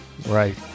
Right